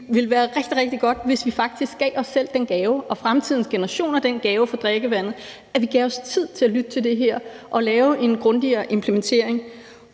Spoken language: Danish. den gave og gav fremtidens generationer den gave i forhold til drikkevandet, at vi gav os tid til at lytte til det her og lave en grundigere implementering.